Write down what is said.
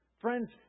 Friends